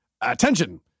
attention